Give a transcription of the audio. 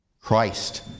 Christ